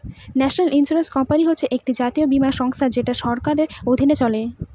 national insurance company হচ্ছে একটি জাতীয় বীমা সংস্থা যেটা সরকারের অধীনে চলে